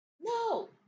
No